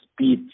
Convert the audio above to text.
speed